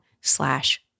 slash